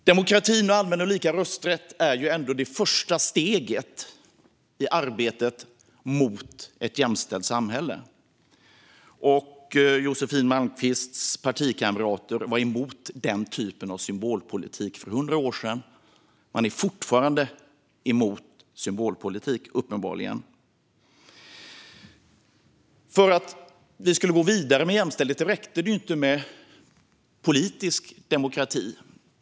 Demokrati och allmän och lika rösträtt är ju ändå det första steget i arbetet för ett jämställt samhälle. Josefin Malmqvists partikamrater var emot den typen av symbolpolitik för 100 år sedan. Man är uppenbarligen fortfarande emot symbolpolitik. För att vi skulle gå vidare med jämställdhet räckte det inte med politisk demokrati.